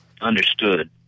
understood